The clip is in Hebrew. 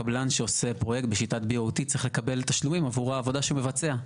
קבלן שעושה פרויקט בשיטת BOT צריך לקבל תשלומים עבור העבודה שהוא מבצע.